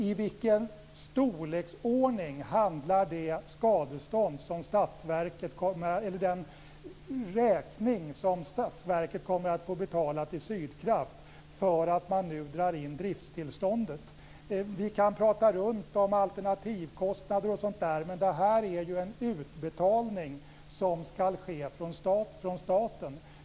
I vilken storleksordning ligger den räkning som statsverket kommer att få betala till Sydkraft för att man nu drar in driftstillståndet? Vi kan prata runt om alternativkostnader och sådant, men detta är ju en utbetalning som skall ske från staten.